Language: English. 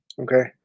okay